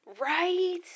Right